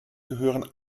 gehören